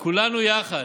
כולנו יחד.